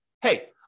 hey